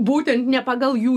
būtent ne pagal jų